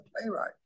playwright